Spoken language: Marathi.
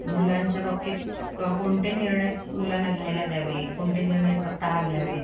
मुलांच्या बाबतीत का कोणते निर्णय मुलांना घ्यायला द्यावे कोणते निर्णय स्वतः घ्यावेत